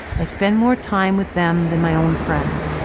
i spend more time with them than my own friends.